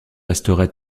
restera